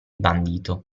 bandito